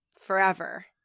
forever